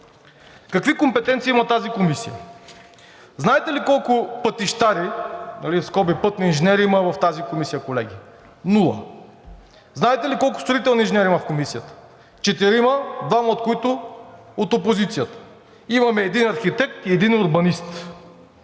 Какви компетенции има тази комисия? Знаете ли колко пътищари, в скоби пътни инженери, има в тази комисия, колеги? Нула. Знаете ли колко строителни инженери има в Комисията? Четирима, двама от които от опозицията – един архитект и един урбанист.